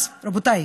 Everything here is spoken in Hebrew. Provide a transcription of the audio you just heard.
אז רבותיי,